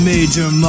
Major